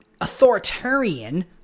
authoritarian